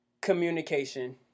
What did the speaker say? communication